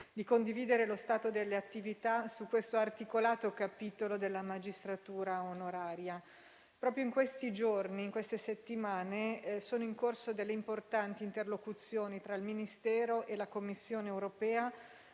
di condividere lo stato delle attività su questo articolato capitolo della magistratura onoraria. Proprio in questi giorni e in queste settimane sono in corso importanti interlocuzioni tra il Ministero e gli uffici della Commissione europea